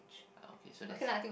okay so that's it